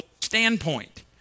standpoint